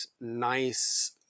nice